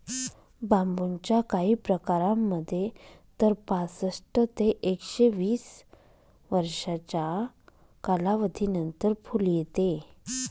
बांबूच्या काही प्रकारांमध्ये तर पासष्ट ते एकशे वीस वर्षांच्या कालावधीनंतर फुल येते